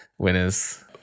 Winners